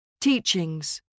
teachings